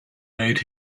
made